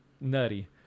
Nutty